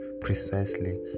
precisely